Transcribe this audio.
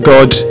God